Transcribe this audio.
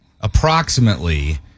approximately